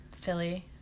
Philly